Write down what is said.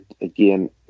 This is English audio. again